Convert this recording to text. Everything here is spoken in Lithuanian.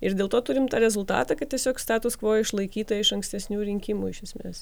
ir dėl to turim rezultatą kad tiesiog status skvo išlaikyta iš ankstesnių rinkimų iš esmės